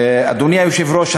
אדוני היושב-ראש,